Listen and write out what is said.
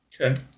Okay